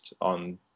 on